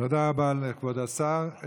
תודה רבה לכבוד השר.